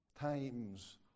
Times